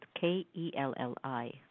K-E-L-L-I